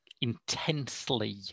intensely